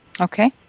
Okay